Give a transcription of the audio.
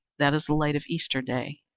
that is the light of easter day.